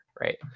right